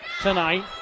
tonight